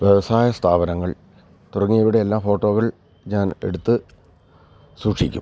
വ്യവസായ സ്ഥാപനങ്ങൾ തുടങ്ങിയിവയുടെ എല്ലാ ഫോട്ടോകൾ ഞാൻ എടുത്ത് സൂക്ഷിക്കും